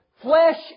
flesh